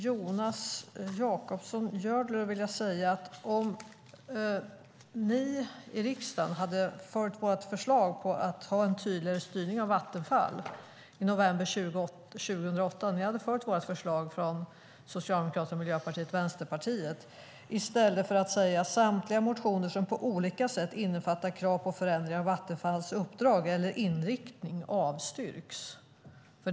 Jonas Jacobsson Gjörtler! Ni skulle ha följt Socialdemokraternas, Miljöpartiets och Vänsterpartiets förslag att ha en tydligare styrning av Vattenfall i stället för att i riksdagen i november 2008 säga: Samtliga motioner som på olika sätt innefattar krav på Vattenfalls uppdrag eller inriktning avstyrks.